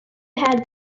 had